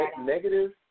negative